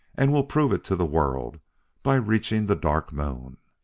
and we'll prove it to the world by reaching the dark moon.